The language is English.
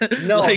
No